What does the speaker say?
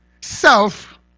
self